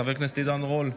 חברת הכנסת שלי טל מרון,